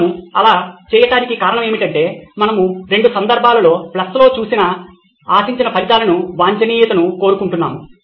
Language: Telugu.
మనము అలా చేయటానికి కారణం ఏమిటంటే మనము రెండు సందర్భాల్లో ప్లస్లో చూసిన ఆశించిన ఫలితాల వాంఛనీయతను కోరుకుంటున్నాము